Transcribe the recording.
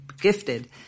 gifted